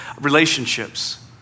relationships